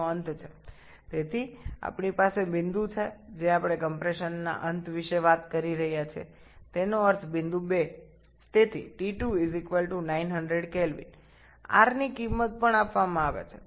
সুতরাং আমরা কোন বিন্দুতে আমরা কথা বলছি সংকোচনের সমাপ্তি মানে ২ নম্বর পয়েন্ট তাই T2 900 K R এর মানও দেওয়া আছে